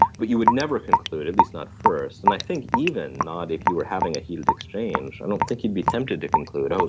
but you would never conclude, at least not first, and i think even not if you were having a heated exchange, i don't think you'd be tempted to conclude, oh,